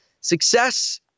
Success